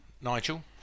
Nigel